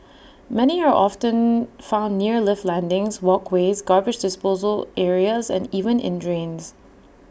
many are often found near lift landings walkways garbage disposal areas and even in drains